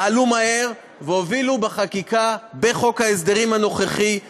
פעלו מהר והובילו בחקיקה בחוק ההסדרים הנוכחי,